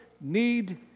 need